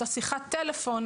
את שיחת הטלפון,